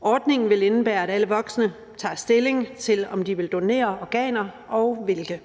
Ordningen vil indebære, at alle voksne tager stilling til, om de vil donere organer og hvilke.